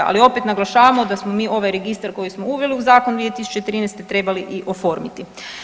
Ali opet naglašavamo da smo mi ovaj registar koji smo uveli u zakon 2013. trebali i oformiti.